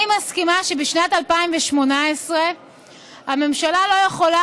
אני מסכימה שבשנת 2018 הממשלה לא יכולה